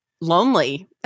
lonely